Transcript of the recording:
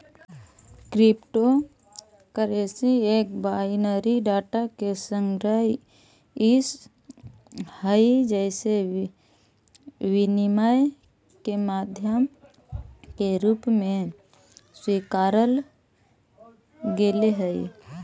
crypto currency एक binary data के संग्रह हइ जेसे विनिमय के माध्यम के रूप में स्वीकारल गेले हइ